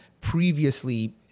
previously